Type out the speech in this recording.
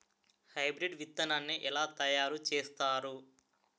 Hybrid విత్తనాన్ని ఏలా తయారు చేస్తారు?